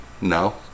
No